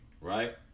right